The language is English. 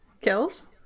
Kills